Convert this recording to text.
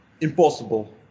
impossible